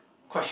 question